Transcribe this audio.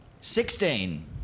Sixteen